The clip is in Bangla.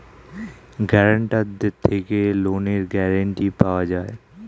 গ্যারান্টারদের থেকে লোনের গ্যারান্টি পাওয়া যায়